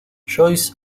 joyce